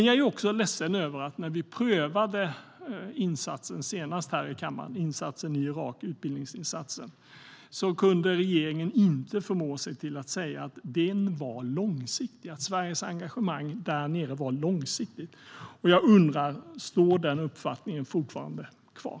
Jag är också ledsen över att när vi prövade utbildningsinsatsen i Irak senast här i kammaren kunde regeringen inte förmå sig till att säga att den var långsiktig och att Sveriges engagemang där nere var långsiktigt. Jag undrar: Står den uppfattningen fortfarande kvar?